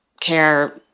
care